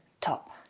top